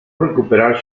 recuperar